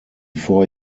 four